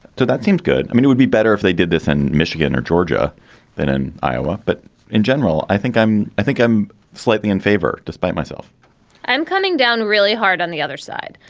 so that seems good. i mean, it would be better if they did this in michigan or georgia than in iowa. but in general, i think i'm i think i'm slightly in favor despite myself i'm coming down really hard on the other side.